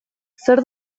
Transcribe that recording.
zer